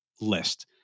list